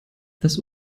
das